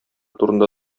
турында